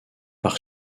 par